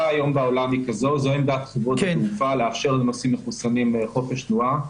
זו עמדת חברות התעופה לאפשר לנוסעים מחוסנים חופש תנועה.